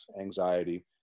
anxiety